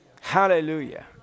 hallelujah